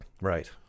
right